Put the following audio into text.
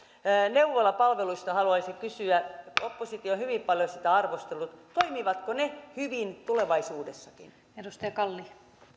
neuvolapalveluista haluaisin kysyä oppositio on hyvin paljon sitä asiaa arvostellut toimivatko ne hyvin tulevaisuudessakin